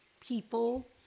people